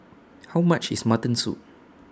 How much IS Mutton Soup